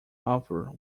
author